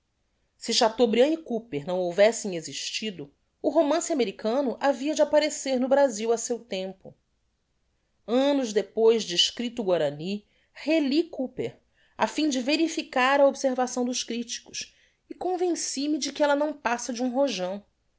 si chateaubriand e cooper não houvessem existido o romance americano havia de apparecer no brasil á seu tempo annos depois de escripto o guarany reli cooper afim de verificar a observação dos criticos e convenci me de que ella não passa de um rojão